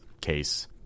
case